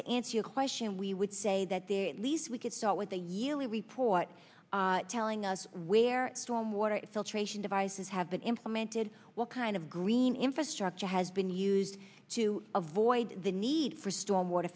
to answer your question we would say that the least we could start with the yearly report telling us where storm water filtration devices have been implemented what kind of green infrastructure has been used to avoid the need for storm water